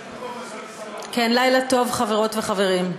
לילה טוב, חברות וחברים.